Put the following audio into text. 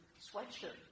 sweatshirt